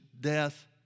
death